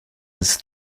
his